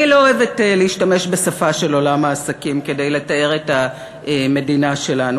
אני לא אוהבת להשתמש בשפה של עולם העסקים כדי לתאר את המדינה שלנו,